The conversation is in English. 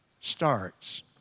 starts